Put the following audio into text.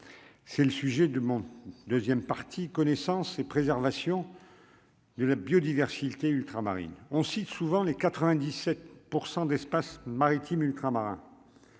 C'est le sujet du monde, deuxième partie connaissance et préservation. De la biodiversité ultramarine, on cite souvent les 97 % d'espace maritime ultramarins